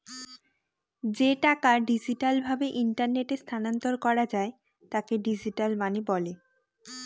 যে টাকা ডিজিটাল ভাবে ইন্টারনেটে স্থানান্তর করা যায় তাকে ডিজিটাল মানি বলে